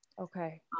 Okay